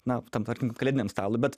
na tam kalėdiniam stalui bet